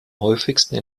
häufigsten